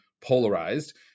polarized